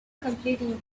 completing